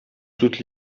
toutes